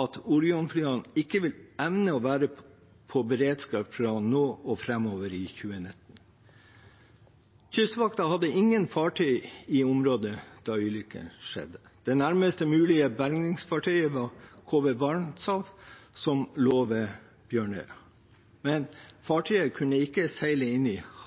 at Orion-flyene ikke vil evne å være i beredskap fra nå og framover i 2019. Kystvakten hadde ingen fartøy i området da ulykken skjedde. Det nærmest mulige bergingsfartøyet var KV «Barentshav» som lå ved Bjørnøya, men fartøyet kunne ikke seile inn i